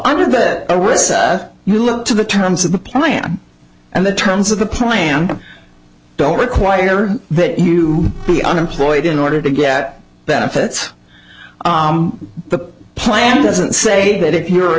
it you look to the terms of the plan and the terms of the plan don't require that you be unemployed in order to get benefits the plan doesn't say that if you're